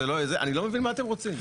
אני לא מבין מה אתם רוצים?